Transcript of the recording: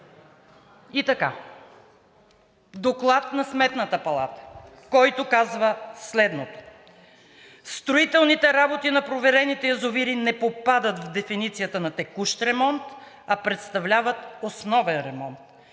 Доклад на Сметната палата, който казва следното: „строителните работи на проветрените язовири не попадат в дефиницията на текущ ремонт, а представляват основен ремонт.